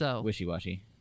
Wishy-washy